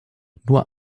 nur